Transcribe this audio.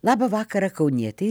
labą vakarą kaunietei